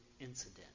incident